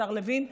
השר לוין?